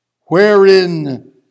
wherein